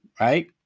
right